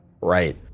Right